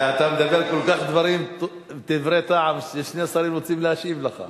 אתה מדבר כל כך דברי טעם ששני שרים רוצים להשיב לך.